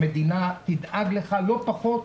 המדינה תדאג לך לא פחות,